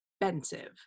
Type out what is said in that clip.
expensive